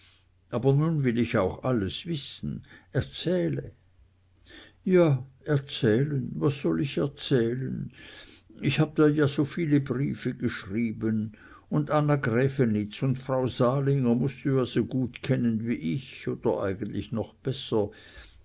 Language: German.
aber nun will ich auch alles wissen erzähle ja erzählen was soll ich erzählen ich habe dir ja so viele briefe geschrieben und anna grävenitz und frau salinger mußt du ja so gut kennen wie ich oder eigentlich noch besser